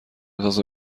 اساس